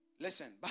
Listen